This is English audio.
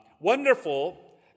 Wonderful